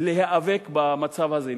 להיאבק במצב הזה,